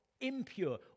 impure